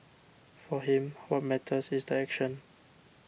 for him what matters is the action